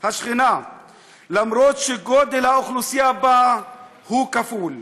אף שגודל האוכלוסייה בה הוא כפול.